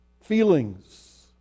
feelings